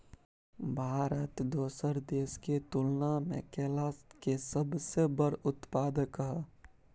भारत दोसर देश के तुलना में केला के सबसे बड़ उत्पादक हय